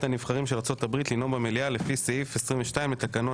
הנבחרים של ארצות הברית לנאום במליאה לפי סעיף 22 לתקנון